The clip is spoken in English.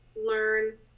learn